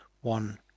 one